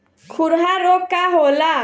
खुरहा रोग का होला?